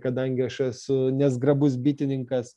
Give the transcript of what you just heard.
kadangi aš esu nezgrabus bitininkas